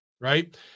right